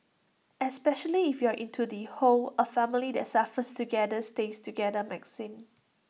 especially if you are into the whole A family that suffers together stays together maxim